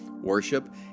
worship